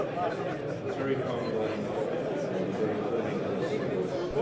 very humbling and very thrilling to receive this.